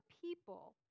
people